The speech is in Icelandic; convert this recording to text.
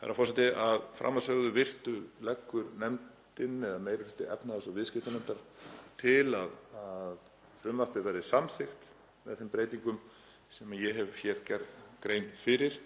Herra forseti. Að framansögðu virtu leggur meiri hluti efnahags- og viðskiptanefndar til að frumvarpið verði samþykkt með þeim breytingum sem ég hef hér gert grein fyrir